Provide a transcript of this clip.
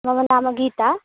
मम नाम गीता